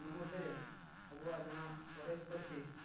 ᱚᱱᱟ ᱢᱚᱫᱽᱫᱷᱮ ᱨᱮ ᱟᱵᱚᱣᱟᱜ ᱡᱟᱦᱟᱸ ᱥᱚᱨᱮᱥ ᱯᱟᱹᱨᱥᱤ